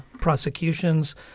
prosecutions